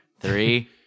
three